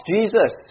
Jesus